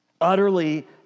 Utterly